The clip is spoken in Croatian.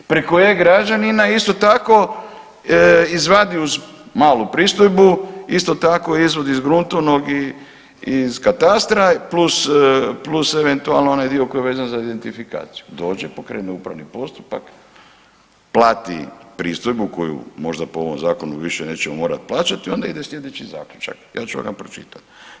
Preko e-Građanina isto tako, izvadi iz malu pristojbu, isto tako, izvod iz gruntovnog i iz katastra, plus eventualno onaj dio koji je vezan za identifikaciju, dođe, pokrene upravni postupak, plati pristojbu koju možda po ovom Zakonu više nećemo morati plaćati i onda ide sljedeći zaključak, ja ću vam ga pročitati.